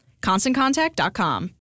ConstantContact.com